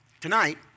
Tonight